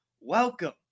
Welcome